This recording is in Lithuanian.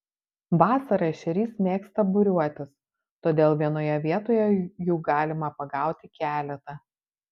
vasarą ešerys mėgsta būriuotis todėl vienoje vietoje jų galima pagauti keletą